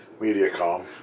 MediaCom